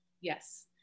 yes